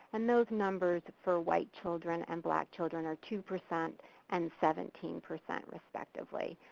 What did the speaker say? and those numbers for white children and black children are two percent and seventeen percent, respectively.